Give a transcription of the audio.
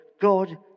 God